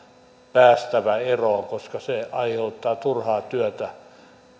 päästä eroon koska se aiheuttaa turhaa työtä